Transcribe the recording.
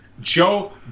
Joe